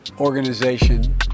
organization